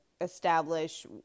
establish